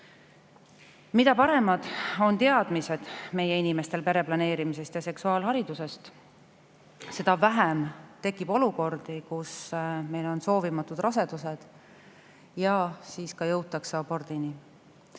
paremad teadmised meie inimestel pereplaneerimisest ja seksuaalharidusest on, seda vähem tekib olukordi, kus meil on soovimatud rasedused, ja siis ka jõutakse abordini.